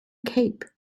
cape